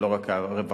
זה לא רק הרווחה.